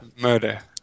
Murder